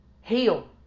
heal